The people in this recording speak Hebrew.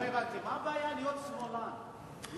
מה הבעיה להיות שמאלן?